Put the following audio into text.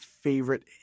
favorite